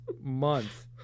month